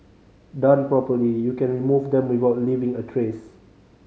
done properly you can remove them without leaving a trace